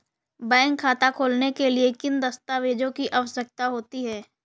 Bank खाता खोलने के लिए किन दस्तावेजों की आवश्यकता होती है?